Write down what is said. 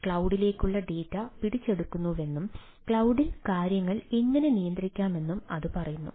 ക്ലൌഡിലേക്കുള്ള data പിടിച്ചെടുക്കുന്നുവെന്നും ക്ലൌഡിൽ കാര്യങ്ങൾ എങ്ങനെ നിയന്ത്രിക്കാമെന്നും അത് പറയുന്നു